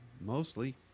mostly